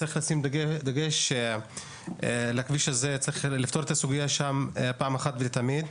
צריך לשים דגש על הכביש הזה ולפתור את הסוגיה הזאת פעם אחת ולתמיד.